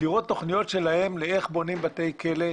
לראות תוכניות שלהם איך בונים בתי כלא,